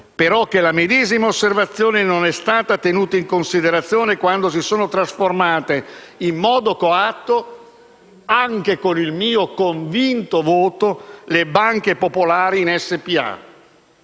però, che la medesima osservazione non è stata tenuta in considerazione quando si sono trasformate in modo coatto - anche con il mio voto convinto - le banche popolari in SpA.